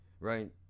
Right